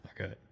okay